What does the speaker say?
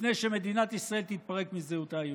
לפני שמדינת ישראל תתפרק מזהותה היהודית,